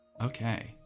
Okay